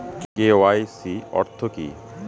KYC অর্থ কি?